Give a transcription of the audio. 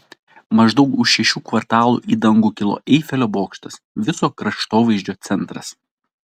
maždaug už šešių kvartalų į dangų kilo eifelio bokštas viso kraštovaizdžio centras